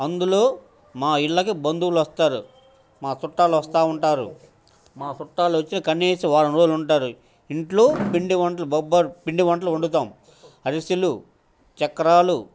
అందులో మా ఇళ్లకి బంధువులు వస్తారు మా చుట్టాలు వస్తూ ఉంటారు మా చుట్టాలు వచ్చి కనీసం వారం రోజులు ఉంటారు ఇంట్లో పిండి వంటలు బొబ్బ పిండి వంటలు వండుతాం అరిసెలు చక్రాలు